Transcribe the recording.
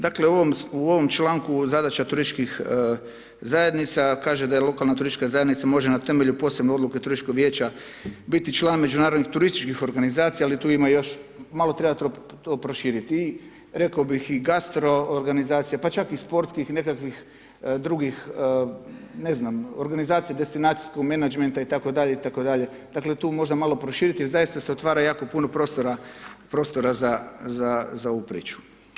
Dakle, u ovom članku zadaća turističkih zajednica kaže da je lokalna turistička zajednica može na temelju posebne odluke turističkog vijeća biti član međunarodnih turističkih organizacija, ali tu ima još, malo treba to proširiti, reklo bih i gastro organizacija pa čak i sportskih nekakvih drugih ne znam organizacija destinacijskog menadžmenta itd., itd., dakle tu možda malo proširiti jer zaista se otvara jako puno prostora za ovu priču.